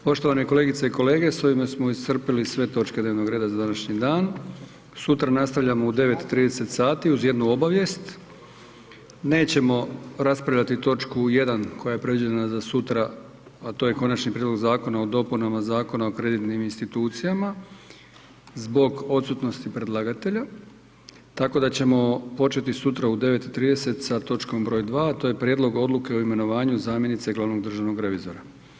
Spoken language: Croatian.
Poštovane kolegice i kolege, s ovime smo iscrpili sve točke dnevnog reda za današnji dan, sutra nastavljamo u 09:30 sati uz jednu obavijest, nećemo raspravljati točku jedan koja je predviđena za sutra, a to je Konačni prijedlog Zakona o dopunama Zakona o kreditnim institucijama zbog odsutnosti predlagatelja, tako da ćemo početi sutra u 09:30 sa točkom broj dva, a to je Prijedlog Odluke o imenovanju zamjenice glavnog državnog revizora.